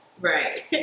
Right